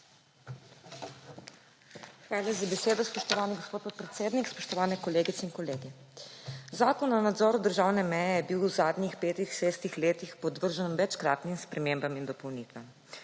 Hvala za besedo, spoštovani gospod podpredsednik. Spoštovane kolegice in kolegi! Zakon o nadzoru državne meje je bil v zadnjih 5, 6 letih podvržen večkratnim spremembam in dopolnitvam.